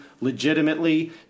legitimately